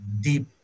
deep